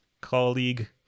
colleague